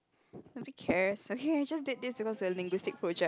nobody cares okay I just did this because it's a linguistic project